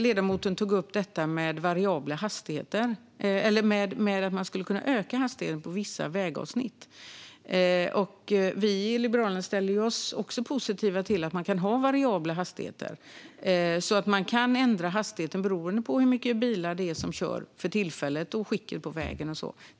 Ledamoten tog också upp att man skulle kunna öka hastigheten på vissa vägavsnitt. Vi i Liberalerna ställer oss också positiva till variabla hastigheter, där man kan ändra hastigheten beroende på hur mycket bilar som kör för tillfället och vägens skick.